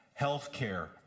Healthcare